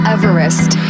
Everest